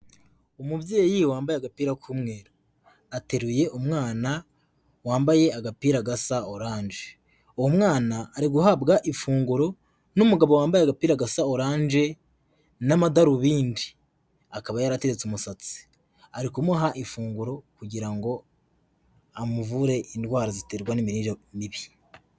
Umubyeyi wambaye agapir a k'umweru ateruye umwana